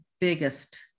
biggest